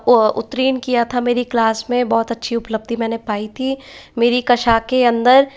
उत्तीर्ण किया था मेरी क्लास में बहुत अच्छी उपलब्धि मैंने पाई थी मेरी कक्षा के अंदर